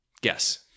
Guess